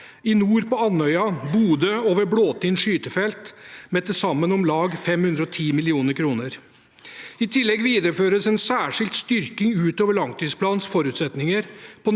i nord på Andøya, i Bodø og ved Blåtind skytefelt, med til sammen om lag 510 mill. kr. I tillegg videreføres en særskilt styrking utover langtidsplanens forutsetninger